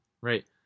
right